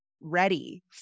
ready